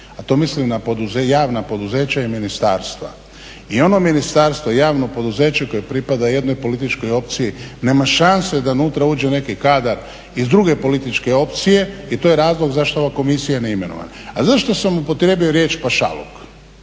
a to mislim na javna poduzeća i ministarstva. I ono ministarstvo i javno poduzeće koje pripada jednoj političkoj opciji nema šanse da nutra uđe neki kadar iz druge političke opcije i to je razlog zašto ova komisija nije imenovana. A zašto sam upotrijebio riječ pašaluk?